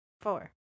Four